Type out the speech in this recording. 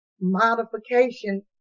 modification